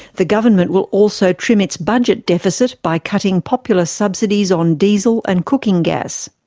the government will also trim its budget deficit by cutting popular subsidies on diesel and cooking gas.